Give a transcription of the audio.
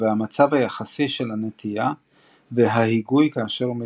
והמצב היחסי של הנטייה וההיגוי כאשר הוא מתרחש.